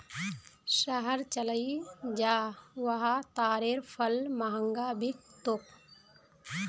शहर चलइ जा वहा तारेर फल महंगा बिक तोक